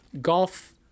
golf